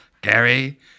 Gary